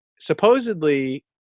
supposedly